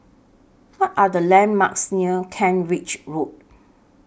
What Are The landmarks near Kent Ridge Road